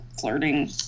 flirting